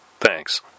Thanks